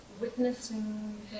witnessing